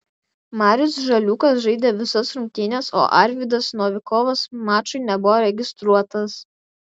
marius žaliūkas žaidė visas rungtynes o arvydas novikovas mačui nebuvo registruotas